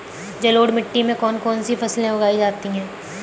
जलोढ़ मिट्टी में कौन कौन सी फसलें उगाई जाती हैं?